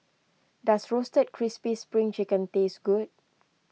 does Roasted Crispy Spring Chicken taste good